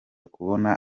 kubona